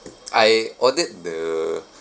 I ordered the